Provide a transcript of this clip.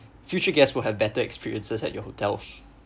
future guests will have better experiences at your hotel